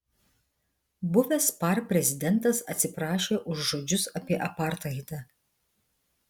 buvęs par prezidentas atsiprašė už žodžius apie apartheidą